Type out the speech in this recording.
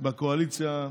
בקואליציה הקודמת.